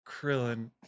Krillin